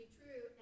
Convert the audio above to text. true